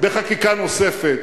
בחקיקה נוספת,